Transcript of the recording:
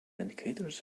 indicators